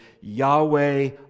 Yahweh